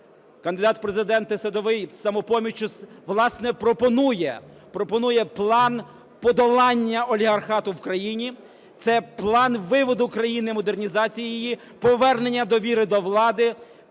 Кандидат у Президенти Садовий з "Самопоміччю", власне, пропонує, пропонує план подолання олігархату в країні, це план виводу країни, модернізації її, повернення довіри до влади,